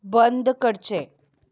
बंद करचें